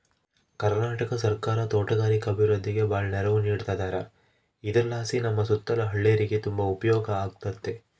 ಕರ್ನಾಟಕ ಸರ್ಕಾರ ತೋಟಗಾರಿಕೆ ಅಭಿವೃದ್ಧಿಗೆ ಬಾಳ ನೆರವು ನೀಡತದಾರ ಇದರಲಾಸಿ ನಮ್ಮ ಸುತ್ತಲ ಹಳ್ಳೇರಿಗೆ ತುಂಬಾ ಉಪಯೋಗ ಆಗಕತ್ತತೆ